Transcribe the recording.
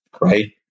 right